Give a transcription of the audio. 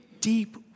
deep